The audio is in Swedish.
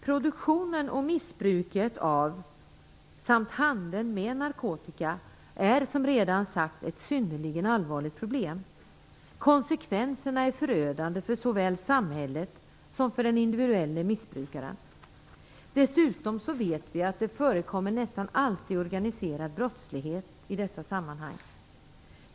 Produktionen och missbruket av samt handeln med narkotika är som redan sagts ett synnerligen allvarligt problem. Konsekvenserna är förödande för såväl samhället som för den individuella missbrukaren. Dessutom vet vi att det nästan alltid förekommer organiserad brottslighet i dessa sammanhang.